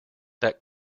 that